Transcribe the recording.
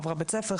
עברה בית ספר,